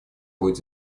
будет